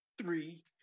Three